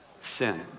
sin